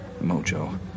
Mojo